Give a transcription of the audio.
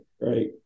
right